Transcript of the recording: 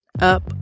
up